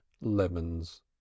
lemons